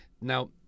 Now